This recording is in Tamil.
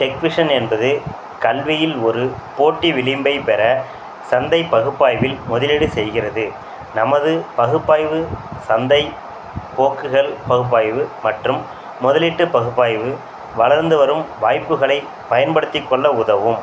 டெக் விஷன் என்பது கல்வியில் ஒரு போட்டி விளிம்பைப் பெற சந்தை பகுப்பாய்வில் முதலீடு செய்கிறது நமது பகுப்பாய்வு சந்தைப் போக்குகள் பகுப்பாய்வு மற்றும் முதலீட்டு பகுப்பாய்வு வளர்ந்து வரும் வாய்ப்புகளைப் பயன்படுத்திக்கொள்ள உதவும்